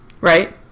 Right